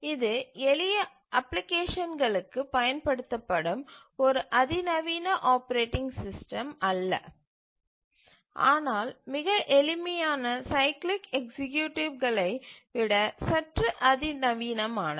இது எளிய அப்ளிகேஷன்களுக்கு பயன்படுத்தப்படும் ஒரு அதிநவீன ஆப்பரேட்டிங் சிஸ்டம் அல்ல ஆனால் மிக எளிமையான சைக்கிளிக் எக்சீக்யூட்டிவ்களை விட சற்று அதிநவீனமானது